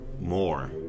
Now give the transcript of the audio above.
more